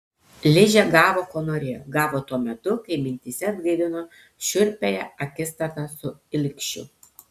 ližė gavo ko norėjo gavo tuo metu kai mintyse atgaivino šiurpiąją akistatą su ilgšiu